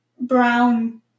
brown